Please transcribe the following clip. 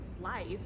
life